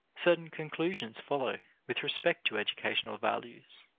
certain conclusions follow with respect to educational values.